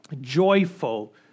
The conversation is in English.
joyful